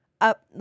up